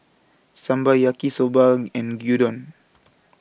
Sambar Yaki Soba and Gyudon